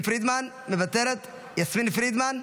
יסמין פרידמן?